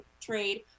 trade